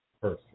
person